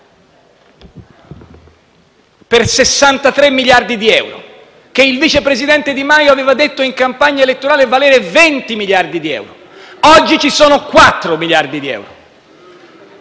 per 63 miliardi di euro e che il vice presidente Di Maio aveva detto in campagna elettorale valere 20 miliardi di euro; oggi ci sono 4 miliardi di euro.